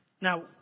Now